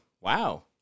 wow